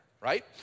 right